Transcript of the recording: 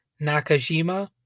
Nakajima